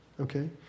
okay